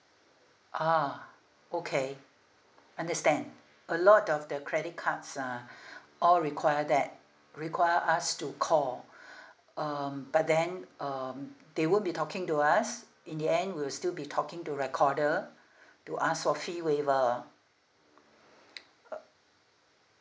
ah okay understand a lot of the credit cards uh all require that require us to call um but then um they won't be talking to us in the end we'll still be talking to recorder to ask for fee waiver uh